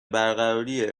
برقراری